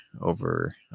over